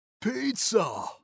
Pizza